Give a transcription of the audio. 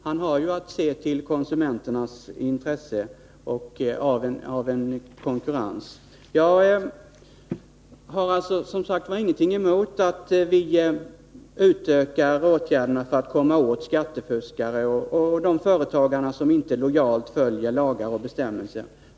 Han har ju att se till konsumenternas intresse av att det råder konkurrens. Jag har, som sagt, ingenting emot att vi utökar åtgärderna för att komma åt skattefuskare och de företagare som inte lojalt följer lagar och bestämmelser.